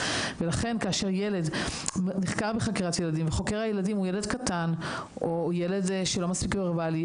ולכן כאשר ילד נחקר בחקירת ילדים והוא ילד קטן או ילד שלא מספיק וורבלי,